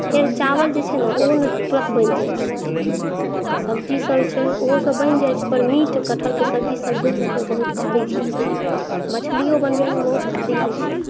फेर चावल जे छै ने ओहो तुरत बनि जाइ छै आ सब्जी सब जे छै ओहो सब बनि जाइ छै पर मीट कठहरके सब्जी सब भेल ओ बहुत भारी चीज भेलै मछलियो बनबैमे बहुत भारी होइ छै